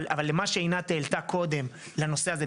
אבל מה שעינת העלתה קודם בנושא הזה,